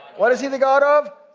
what is he the god of?